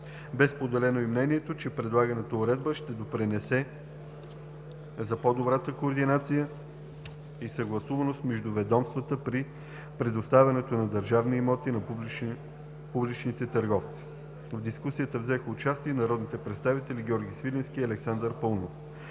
Бе споделено и мнението, че предлаганата уредба ще допринесе за по-добрата координация и съгласуваност между ведомствата при предоставянето на държавни имоти на публичните търговци. В дискусията взеха участие и народните представители Георги Свиленски и Александър Паунов.